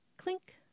clink